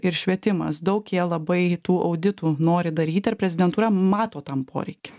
ir švietimas daug jie labai tų auditų nori daryti ar prezidentūra mato tam poreikį